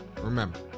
remember